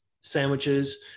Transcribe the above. sandwiches